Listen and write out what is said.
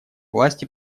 власти